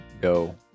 go